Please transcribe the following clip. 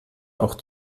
auch